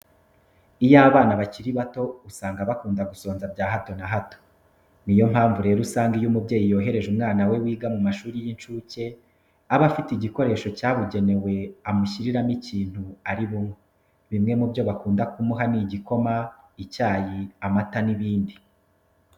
Iyo abana bakiri bato, usanga bakunda gusonza bya hato na hato. Ni yo mpamvu rero usanga iyo umubyeyi yohereje umwana we wiga mu mashuri y'incuke, aba afite igikoresho cyabugenewe amushyiriramo ikintu ari bunywe. Bimwe mu byo bakunda kumuha ni igikoma, icyayi, amata n'ibindi.